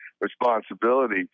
responsibility